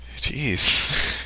Jeez